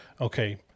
okay